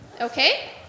okay